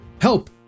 help